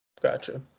Gotcha